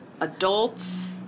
adults